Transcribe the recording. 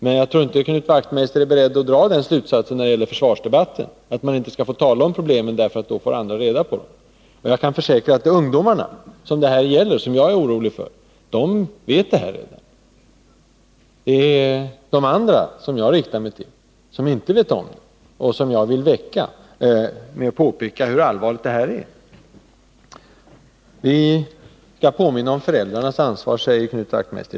Men jag tror inte att Knut Wachtmeister är beredd att dra den slutsatsen när det gäller försvarsdebatten. Jag kan också försäkra att de ungdomar som jag är orolig för känner till vilka möjligheter som finns. Det är till de andra, till dem som inte vet om detta, som jag riktar mig. Jag vill väcka dem genom att påpeka hur allvarligt läget är. Vi skall påminna om föräldrarnas ansvar, säger Knut Wachtmeister.